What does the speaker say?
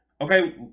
Okay